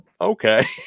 okay